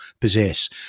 possess